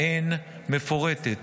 שבהן מפורטת